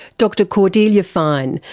dr cordelia fine,